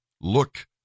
Look